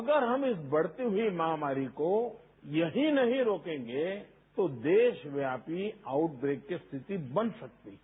अगर हम इस बढ़ती हुई महामारी को यहीं नहीं रोकेंगे तो देशव्यापी आउट ब्रेक की स्थिति वन सकती है